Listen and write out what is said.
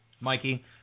Mikey